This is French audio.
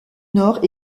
nord